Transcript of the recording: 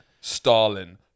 Stalin